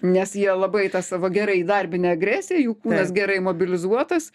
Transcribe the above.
nes jie labai tą savo gerai įdarbinę agresiją jų kūnas gerai mobilizuotas